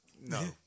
no